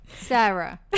Sarah